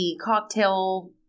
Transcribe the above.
cocktail